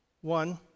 one